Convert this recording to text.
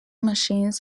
machines